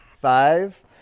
Five